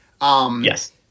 Yes